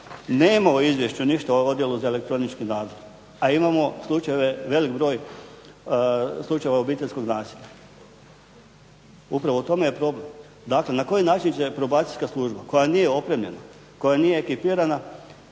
Nema u izvješću ništa o Odjelu za elektronički nadzor, a imamo slučajeve, velik broj slučajeva obiteljskog nasilja. Upravo u tome je problem. Dakle, na koji način će Probacijska služba koja nije opremljena, koja nije ekipirana